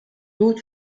lûd